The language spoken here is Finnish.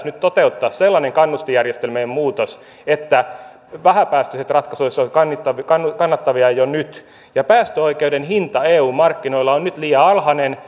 nyt toteuttaa sellainen kannustinjärjestelmien muutos että vähäpäästöiset ratkaisut olisivat kannattavia kannattavia jo nyt päästöoikeuden hinta eun markkinoilla on nyt liian alhainen